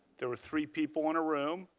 there were three people in a room,